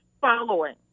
following